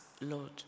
Lord